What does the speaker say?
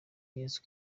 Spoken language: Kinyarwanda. yesu